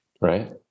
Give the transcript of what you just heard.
right